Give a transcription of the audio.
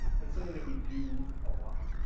but it's something that we do a lot.